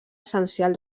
essencial